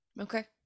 okay